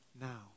now